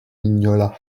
mignola